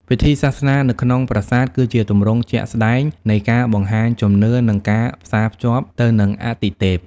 ពិធីសាសនានៅក្នុងប្រាសាទ គឺជាទម្រង់ជាក់ស្ដែងនៃការបង្ហាញជំនឿ និងការផ្សារភ្ជាប់ទៅនឹងអាទិទេព។